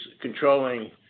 controlling